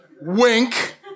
Wink